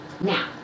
now